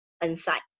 inside